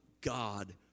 God